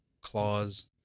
Claws